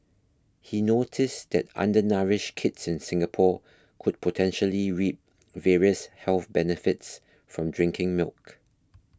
he noticed that undernourished kids in Singapore could potentially reap various health benefits from drinking milk